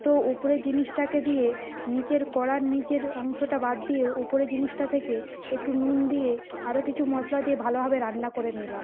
তো ওপরের জিনিসটাকে দিয়ে নিচের কড়ার নিচের অংশটা বাদ দিয়ে ওপরের জিনিসটা থেকে একটু নুন দিয়ে আরও কিছু মশলা দিয়ে ভালোভাবে রান্না করে নিলাম